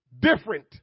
different